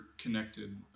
connected